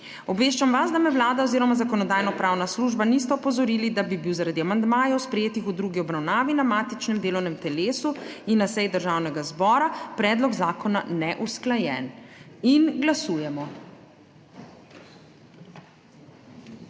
Obveščam vas, da me Vlada oziroma Zakonodajno-pravna služba nista opozorili, da bi bil zaradi amandmajev, sprejetih v drugi obravnavi na matičnem delovnem telesu in na seji Državnega zbora, predlog zakona neusklajen. Glasujemo.